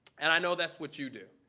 and i know that's what you do.